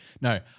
No